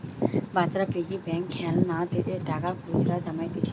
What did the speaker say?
বাচ্চারা piggy bank খেলনাতে টাকা খুচরা জমাইতিছে